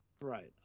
Right